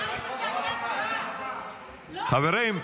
הודעה זה